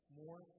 more